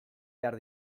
behar